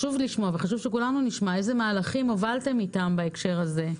חשוב שכולנו נשמע איזה מהלכים הובלתם איתם בהקשר הזה.